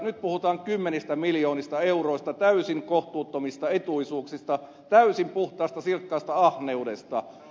nyt puhutaan kymmenistä miljoonista euroista täysin kohtuuttomista etuisuuksista täysin puhtaasta silkasta ahneudesta